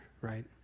right